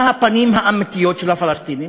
מה הפנים האמיתיות של הפלסטינים?